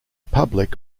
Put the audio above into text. public